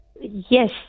Yes